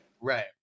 Right